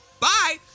Bye